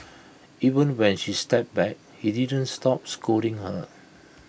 even when she stepped back he didn't stop scolding her